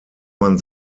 man